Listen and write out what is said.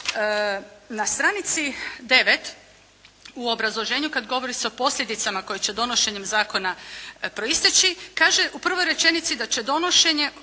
Na stranici 9, u obrazloženju kada govori se o posljedicama koje će donošenjem zakona proistječi, kaže u prvoj rečenici da će donošenje